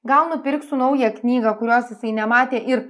gal nupirksiu naują knygą kurios jisai nematė ir